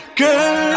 girl